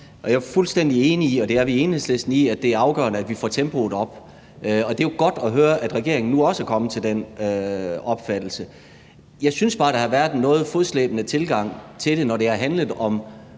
Jeg er fuldstændig enig i – og det er vi også i Enhedslisten – at det er afgørende, at vi får tempoet op, og det er jo godt at høre, at regeringen nu også har fået den samme opfattelse. Jeg synes bare, der har været en noget fodslæbende tilgang, både når det har handlet om